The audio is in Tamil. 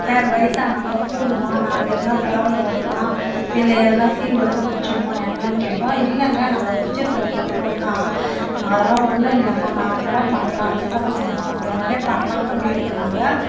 சார் வயசானவங்கோ கூடுமா நாளைக்கு எதுனா ப்ராபளம் வருமா இல்லை எதுனா சீழ் வந்து பிடிச்சிடுமா என்னன்னு கேட்டோம் இல்லைங்க நம்ம வச்சிருக்கிற பக்குவந்தான் அதெல்லாம் ஒன்றும் இல்லைங்க நார்மலாக பண்ணலாம் சின்ன பசங்களுக்கு பண்ணுற மாதிரியே பண்ணலாம் கூடிடுன்னாங்க